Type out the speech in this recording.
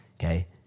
okay